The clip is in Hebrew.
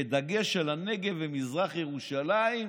בדגש על הנגב ומזרח ירושלים,